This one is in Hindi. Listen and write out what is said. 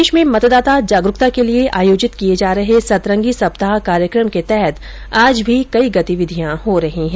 प्रदेश में मतदाता जागरूकता के लिये आयोजित किये जा रहे सतरंगी सप्ताह कार्यक्रम के तहत आज भी कई गतिविधियां हो रही है